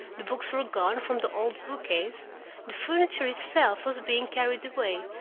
the books were gone from the old book-case the furniture itself was being carried away,